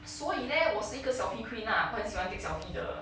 所以 leh 我是一个 selfie queen lah 我很喜欢 take selfie 的